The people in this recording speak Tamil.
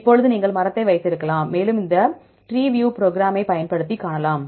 இப்போது நீங்கள் மரத்தை வைத்திருக்கலாம் மேலும் இந்த ட்ரீவியூ ப்ரோக்ராமை பயன்படுத்தி காணலாம்